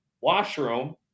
washroom